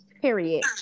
Period